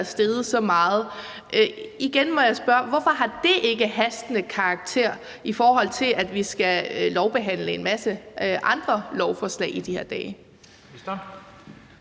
steget så meget. Igen må jeg spørge: Hvorfor har det ikke hastende karakter, i forhold til at vi skal lovbehandle en masse andre lovforslag i de her dage?